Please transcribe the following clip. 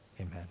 Amen